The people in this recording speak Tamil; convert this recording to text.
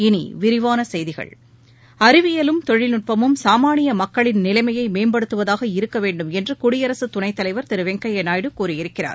இனி விரிவான செய்திகள் அறிவியலும் தொழில்நுட்பமும் சாமானிய மக்களின் நிலைமையை மேம்படுத்துவதாக இருக்க வேண்டுமென்று குடியரசு துணைத் தலைவர் திரு வெங்கய்ய நாயுடு கூறியிருக்கிறார்